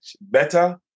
Better